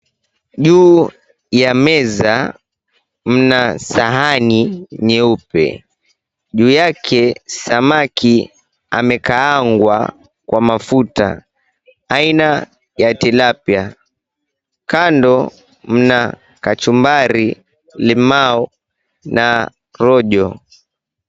Juu ya meza mna sahani nyeupe juu yake sahani amekaangwa kwa mafuta aina ya tilapia kando mna kachumbari limau na rojo.